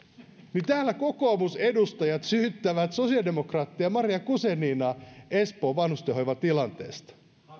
täällä kokoomusedustajat syyttävät sosiaalidemokraatteja ja maria guzeninaa espoon vanhustenhoivan tilanteesta